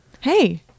Hey